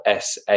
SA